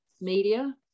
media